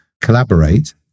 collaborate